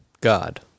God